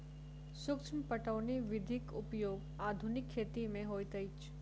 सूक्ष्म पटौनी विधिक उपयोग आधुनिक खेती मे होइत अछि